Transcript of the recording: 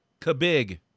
Kabig